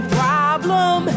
problem